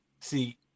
See